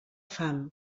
fam